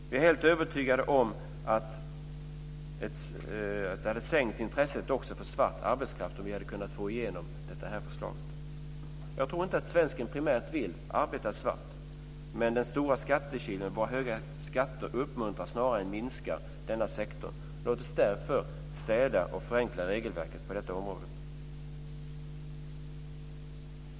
Vi är helt övertygade om att det hade sänkt intresset för svart arbetskraft om vi hade kunnat få igenom det förslaget. Jag tror inte att svensken primärt vill jobba svart. Men den stora skattekilen, våra höga skatter, uppmuntrar snarare än minskar denna sektor. Låt oss därför städa och förenkla regelverket på detta område.